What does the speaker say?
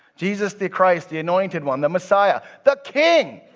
jesus the christ the anointed one. the messiah. the king.